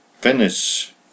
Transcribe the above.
Venice